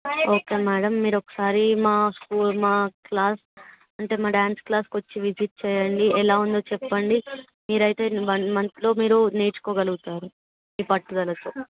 okay madam మీరొకసారీ మా స్కూ మా క్లాస్ అంటే మా డ్యాన్స్ క్లాస్కొచ్చి విజిట్ చేయండి ఎలా ఉందో చెప్పండి మీరయితే వన్ మంత్లో మీరు నేర్చుకోగలుగుతారు మీ పట్టుదలతో